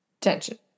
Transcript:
Tension